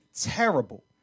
terrible